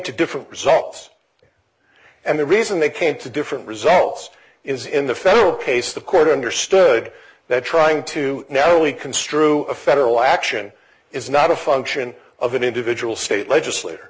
to different results and the reason they came to different results is in the federal case the court understood that trying to now we construe a federal action is not a function of an individual state legislator